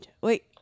Wait